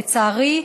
לצערי,